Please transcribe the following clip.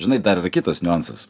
žinai dar yra kitas niuansas